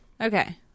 Okay